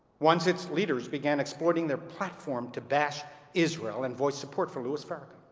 once its leaders began exploiting their platform to bash israel and voice support for louis farrakhan.